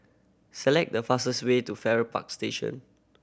select the fastest way to Farrer Park Station